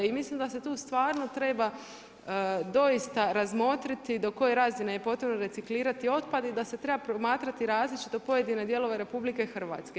I mislim da se tu stvarno treba doista razmotriti do koje razine je potrebno reciklirati otpad i da se treba promatrati različito pojedine dijelove RH.